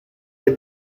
del